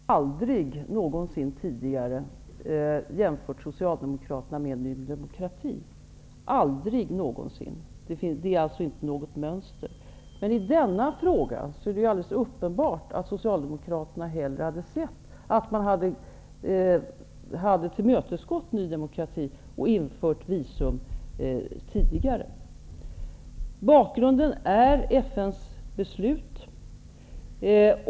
Herr talman! Jag har aldrig någonsin tidigare jämfört Socialdemokraterna med Ny demokrati. Det är alltså inte något mönster. Men i denna fråga är det alldeles uppenbart att Socialdemokraterna hellre hade sett att vi hade tillmötesgått Ny demokrati och infört visumtvång tidigare. Bakgrunden är FN:s beslut.